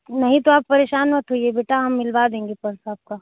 नहीं तो आप परेशान मत होइए बेटा हम मिलवा देंगे पर्स आपका